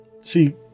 see